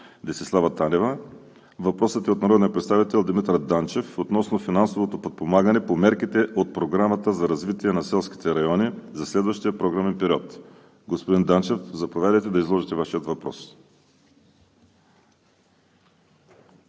Десислава Танева. Въпросът е от народния представител Димитър Данчев относно финансовото подпомагане по мерките от Програмата за развитие на селските райони за следващия програмен период. Господин Данчев, заповядайте да изложите Вашия въпрос.